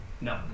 No